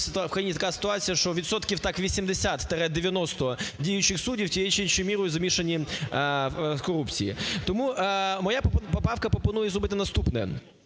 в країні така ситуація, що відсотків так 80–90 діючих суддів тією чи іншою мірою замішані в корупції. Тому моя поправка пропонує зробити наступне.